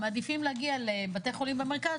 מעדיפים להגיע לבתי חולים במרכז,